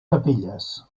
capelles